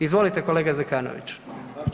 Izvolite kolega Zekanović.